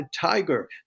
tiger